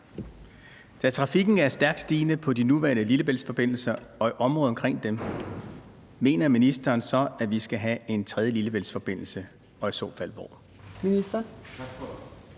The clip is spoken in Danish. Da trafikken er stærkt stigende på de nuværende Lillebæltsforbindelser og i området omkring dem, mener ministeren så, at vi skal have en tredje Lillebæltsforbindelse og i så fald hvor?